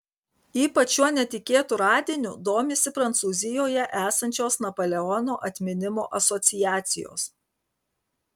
ypač šiuo netikėtu radiniu domisi prancūzijoje esančios napoleono atminimo asociacijos